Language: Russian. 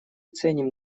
ценим